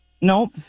Nope